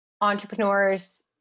entrepreneurs